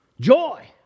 joy